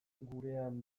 gurean